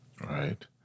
Right